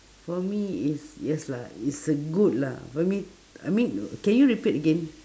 for me is yes lah is a good lah for me I mean can you repeat again